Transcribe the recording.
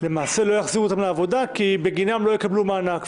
לא יחזירו אותם לעבודה כי בגינם הם לא יקבלו מענק,